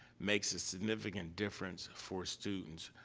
makes a significant difference for students.